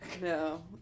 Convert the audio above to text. No